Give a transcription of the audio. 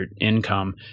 income